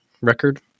record